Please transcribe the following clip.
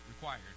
required